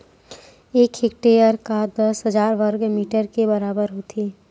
एक हेक्टेअर हा दस हजार वर्ग मीटर के बराबर होथे